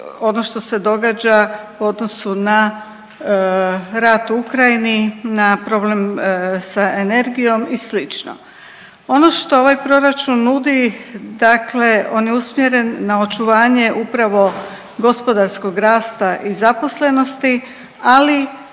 ono što se događa u odnosu na rat u Ukrajini, na problem sa energijom i slično. Ono što ovaj proračun nudi, dakle on je usmjeren na očuvanje upravo gospodarskog rasta i zaposlenosti, ali